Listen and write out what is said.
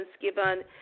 given